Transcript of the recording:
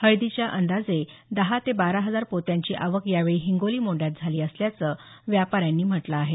हळदीच्या अंदाजे दहा ते बारा हजार पोत्यांची आवक यावेळी हिंगोली मोंढ्यात झाली असल्याचं व्यापाऱ्यांनी म्हटलं आहे